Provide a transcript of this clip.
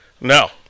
No